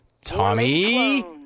Tommy